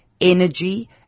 energy